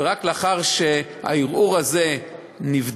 ורק לאחר שהערעור הזה נבדק,